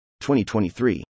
2023